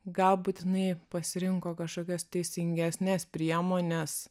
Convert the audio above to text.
galbūt jinai pasirinko kažkokias teisingesnes priemones